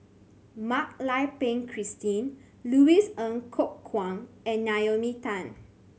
Mak Lai Peng Christine Louis Ng Kok Kwang and Naomi Tan